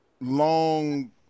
long